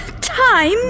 Time